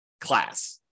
class